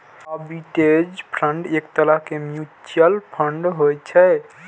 arbitrage fund एक तरहक mutual fund होइ छै